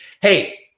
Hey